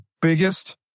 biggest